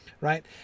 right